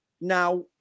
Now